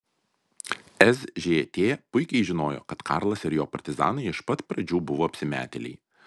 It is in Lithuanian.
sžt puikiai žinojo kad karlas ir jo partizanai iš pat pradžių buvo apsimetėliai